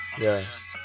yes